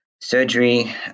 surgery